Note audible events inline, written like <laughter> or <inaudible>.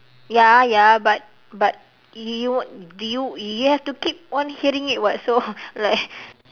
ya ya but but you do you you have to keep on hearing it what so <laughs> like <laughs>